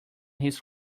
his